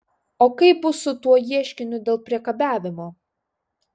o kaip bus su tuo ieškiniu dėl priekabiavimo